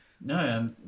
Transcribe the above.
No